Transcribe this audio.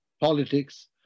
politics